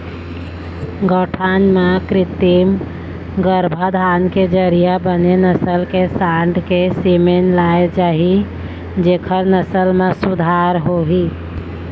गौठान म कृत्रिम गरभाधान के जरिया बने नसल के सांड़ के सीमेन लाय जाही जेखर नसल म सुधार होही